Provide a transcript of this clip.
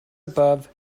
above